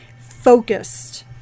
focused